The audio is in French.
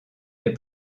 est